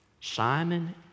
Simon